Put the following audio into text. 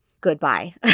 Goodbye